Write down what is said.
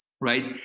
right